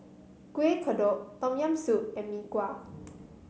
Kuih Kodok Tom Yam Soup and Mee Kuah